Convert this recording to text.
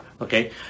okay